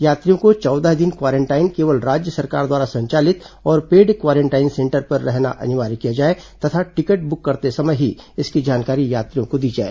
यात्रियों को चौदह दिन क्वारेंटाइन केवल राज्य सरकार द्वारा संचालित और पेड क्वारेंटाइन सेंटर पर रहना अनिवार्य किया जाए तथा टिकट बुक करते समय ही इसकी जानकारी यात्रियों को दी जाए